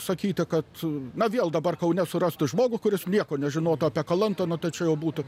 sakyti kad na vėl dabar kaune surasti žmogų kuris nieko nežinotų apie kalantą na tai čia jau būtų